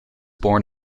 born